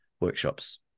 workshops